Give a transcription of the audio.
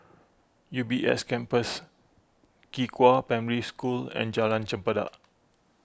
U B S Campus Qihua Primary School and Jalan Chempedak